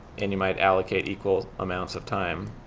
and you might allocate equal amounts of time